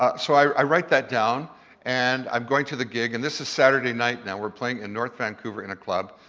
ah so i write that down and i'm going to the gig and this is saturday night now, we're playing in north vancouver in a club.